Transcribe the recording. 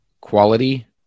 quality